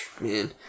Man